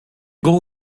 goal